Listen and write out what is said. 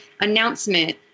announcement